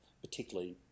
particularly